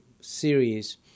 series